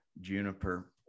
juniper